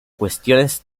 cuestiones